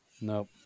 nope